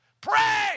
Pray